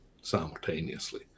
simultaneously